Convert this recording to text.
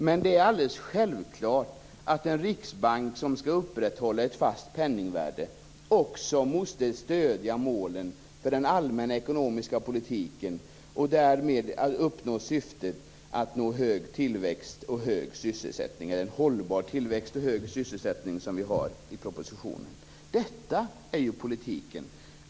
Men det är alldeles självklart att en riksbank som skall upprätthålla ett fast penningvärde också måste stödja målen för den allmänna ekonomiska politiken och därmed uppnå syftet hållbar tillväxt och hög tillväxt, som det står i propositionen. Detta är ju politiken.